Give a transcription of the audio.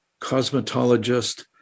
cosmetologist